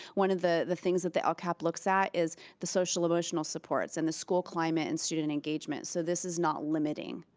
one of the the things that the lcap looks at is the social-emotional supports in the school climate and student engagement. so, this is not limiting.